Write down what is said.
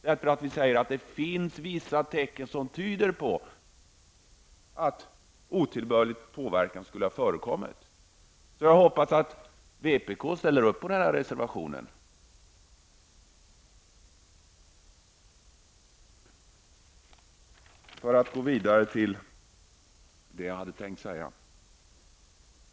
Det finns vissa tecken som tyder att på att otillbörlig påverkan har förekommit. Jag hoppas att vänsterpartiet ställer sig bakom denna reservation. Jag skall gå vidare till det jag hade tänkt säga.